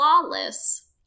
flawless